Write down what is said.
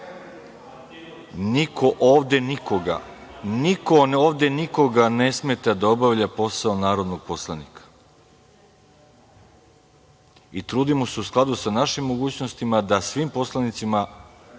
neke stvari. Niko ovde nikoga ne smeta da obavlja posao narodnog poslanika i trudimo se u skladu sa našim mogućnostima da svim poslanicima